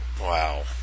Wow